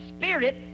spirit